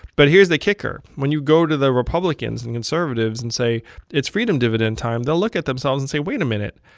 but here's the kicker. when you go to the republicans and conservatives and say it's freedom dividend time, they'll look at themselves and say, wait a minute,